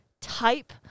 type